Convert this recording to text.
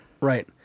right